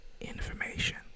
information